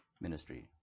ministry